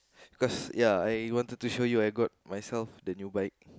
cause ya I wanted to show you I got myself the new bike